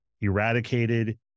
eradicated